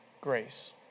Grace